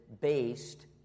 based